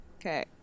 Okay